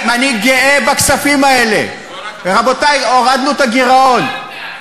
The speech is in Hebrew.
אדוני, אני קורא אותך לסדר פעם ראשונה.